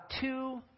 two